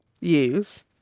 use